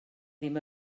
ddim